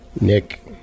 Nick